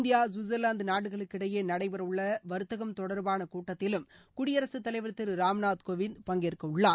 India Switzerland நாடுகளுக்கிடையே நடைபெறவுள்ள வாத்தகம் தொடா்பான கூட்டத்திலும் குடியரசுத் தலைவர் திரு ராம்நாத் கோவிந்த் பங்கேற்க உள்ளார்